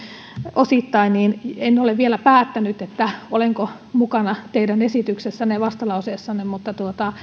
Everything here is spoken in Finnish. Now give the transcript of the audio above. osittain niin en ole vielä päättänyt olenko mukana teidän esityksessänne ja vastalauseessanne mutta